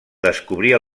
descobrir